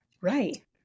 Right